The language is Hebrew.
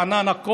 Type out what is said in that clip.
רעננה,